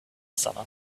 summer